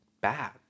bad